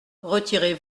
retirez